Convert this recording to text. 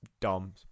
dumb